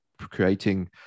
creating